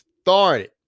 started